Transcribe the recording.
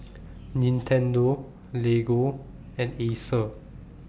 Nintendo Lego and Acer